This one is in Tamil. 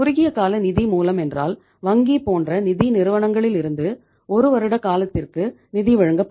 குறுகிய கால நிதி மூலம் என்றால் வங்கி போன்ற நிதி நிறுவனங்களிலிருந்து ஒரு வருட காலத்திற்கு நிதி வழங்கப்படும்